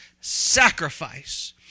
sacrifice